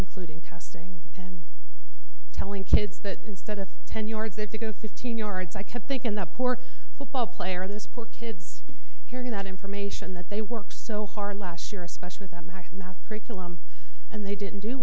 including testing and telling kids that instead of ten yards if you go fifteen yards i kept thinking that poor football player this poor kids hearing that information that they work so hard last year especially with that math curriculum and they didn't do